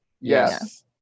Yes